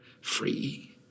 free